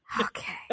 Okay